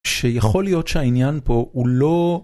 שיכול להיות שהעניין פה הוא לא...